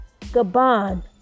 Gabon